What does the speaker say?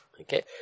Okay